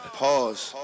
pause